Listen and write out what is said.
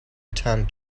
attend